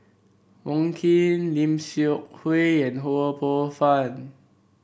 Wong Keen Lim Seok Hui and Ho Poh Fun